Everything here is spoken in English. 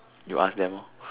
you ask them hor